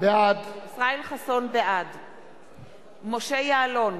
בעד משה יעלון,